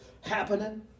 happening